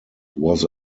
was